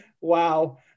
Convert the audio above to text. Wow